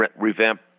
revamp